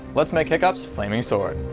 let's make hiccup's flaming sword!